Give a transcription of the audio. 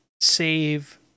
save